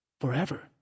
forever